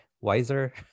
wiser